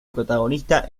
protagonista